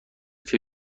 سلفی